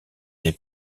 des